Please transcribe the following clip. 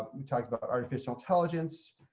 we talked about artificial intelligence,